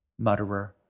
mutterer